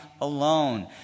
alone